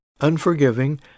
unforgiving